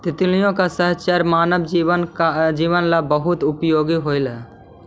तितलियों का साहचर्य मानव जीवन ला बहुत उपयोगी होवअ हई